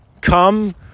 come